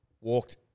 Walked